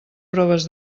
proves